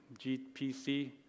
GPC